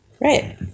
Right